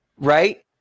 right